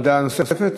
עמדה נוספת?